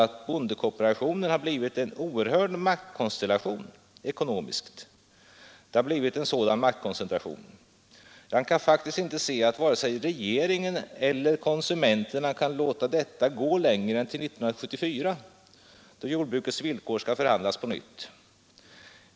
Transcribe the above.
Han sade: ”Bondekooperationen har blivit en oerhörd maktkonstellation, ekonomiskt. Det har blivit en sådan maktkoncentration. Jag kan faktiskt inte se att vare sig regeringen eller konsumenterna kan låta detta gå längre än till 1974, då jordbrukets villkor skall förhandlas på nytt.